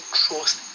trust